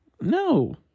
No